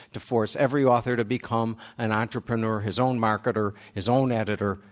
to force every author to become an entrepreneur, his own marketer, his own editor,